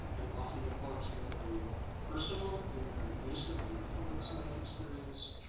and often the poems were very personal in their use of the poet's life experience.